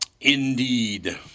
Indeed